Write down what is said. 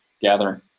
gathering